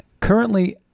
Currently